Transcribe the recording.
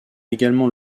également